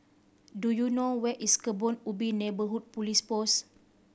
do you know where is Kebun Ubi Neighbourhood Police Post